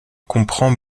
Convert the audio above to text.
comprend